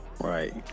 Right